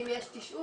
אם יש תשאול,